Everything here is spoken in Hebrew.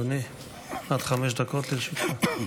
בבקשה, אדוני, עד חמש דקות לרשותך.